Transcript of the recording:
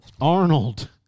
Arnold